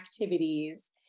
activities